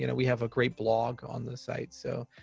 you know we have a great blog on the site. so,